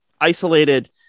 isolated